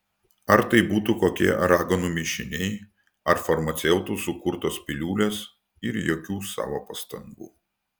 ar tai būtų kokie raganų mišiniai ar farmaceutų sukurtos piliulės ir jokių savo pastangų